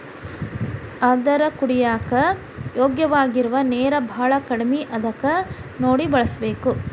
ಆದರ ಕುಡಿಯಾಕ ಯೋಗ್ಯವಾಗಿರು ನೇರ ಬಾಳ ಕಡಮಿ ಅದಕ ನೋಡಿ ಬಳಸಬೇಕ